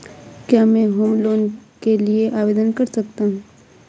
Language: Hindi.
क्या मैं होम लोंन के लिए आवेदन कर सकता हूं?